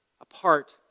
apart